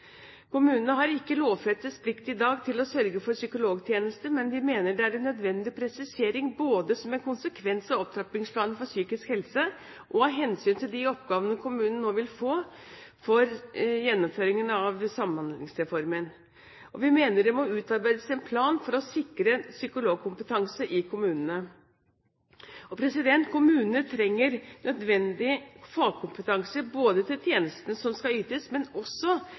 Kommunene har ikke lovfestet plikt i dag til å sørge for psykologtjeneste, men vi mener det er en nødvendig presisering både som en konsekvens av opptrappingsplanen for psykisk helse og av hensyn til de oppgavene kommunene nå vil få ansvar for når det gjelder gjennomføringen av Samhandlingsreformen. Vi mener det må utarbeides en plan for å sikre psykologkompetanse i kommunene. Kommunene trenger nødvendig fagkompetanse både til tjenestene som skal ytes,